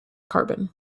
carbon